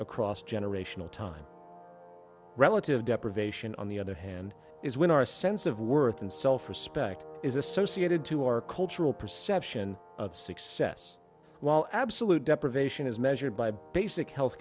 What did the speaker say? across generational time relative deprivation on the other hand is when our sense of worth and self respect is associated to our cultural perception of success while absolute deprivation is measured by basic health